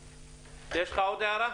יש לך עוד הערה?